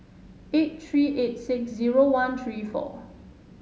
eight three eight six zero one three four